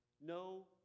no